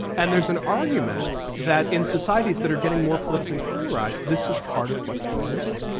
and there's an argument that in societies that are getting more politically polarised, this is part of what's going on.